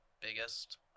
biggest